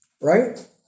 right